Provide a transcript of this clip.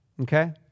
Okay